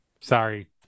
Sorry